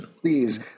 please